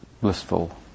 blissful